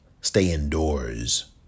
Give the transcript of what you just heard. stay-indoors